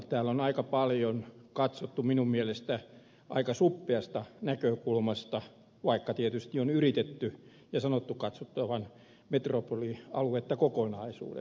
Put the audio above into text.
täällä on katsottu minun mielestäni aika paljon aika suppeasta näkökulmasta vaikka tietysti on yritetty ja sanottu katsottavan metropolialuetta kokonaisuudessaan